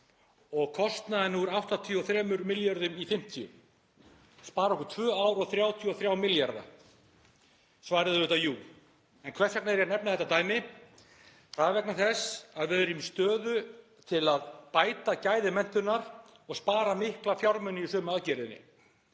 og kostnaðinn úr 83 milljörðum í 50, spara okkur tvö ár og 33 milljarða? Svarið er auðvitað jú. En hvers vegna er ég að nefna þetta dæmi? Það er vegna þess að við erum í stöðu til að bæta gæði menntunar og spara mikla fjármuni í sömu aðgerðinni.